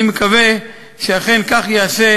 אני מקווה שאכן כך ייעשה,